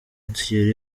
thierry